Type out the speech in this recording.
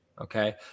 Okay